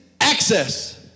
access